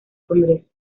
congreso